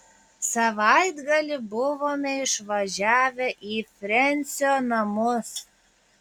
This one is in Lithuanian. savaitgalį buvome išvažiavę į frensio namus